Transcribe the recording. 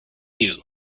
you